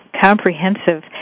comprehensive